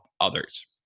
others